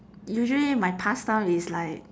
usually my pastime is like